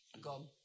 God